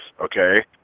okay